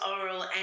oral